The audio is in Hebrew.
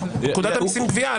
עושים גבייה,